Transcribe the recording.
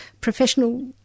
professional